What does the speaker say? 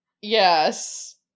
yes